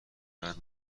بعد